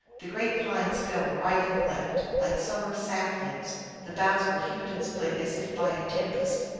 the great pines fell right and left, like summer saplings the boughs were hewed and split as if by a tempest.